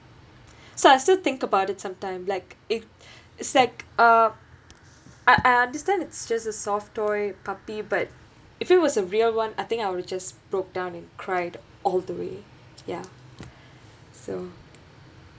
so I still think about it sometime like if is like uh I I understand it's just a soft toy puppy but if it was a real [one] I think I'll just broke down and cried all the way ya so